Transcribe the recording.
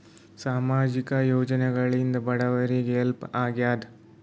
ಸಾಮಾಜಿಕ ಯೋಜನೆಗಳಿಂದ ಬಡವರಿಗೆ ಹೆಲ್ಪ್ ಆಗ್ಯಾದ?